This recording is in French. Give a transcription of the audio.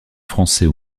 français